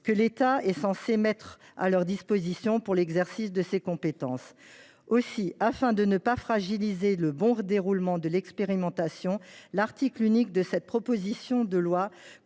que l’État est censé mettre à leur disposition pour l’exercice de ces compétences. Aussi, afin de ne pas fragiliser le bon déroulement de l’expérimentation, l’article unique de cette proposition de loi